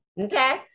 Okay